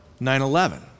9-11